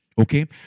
okay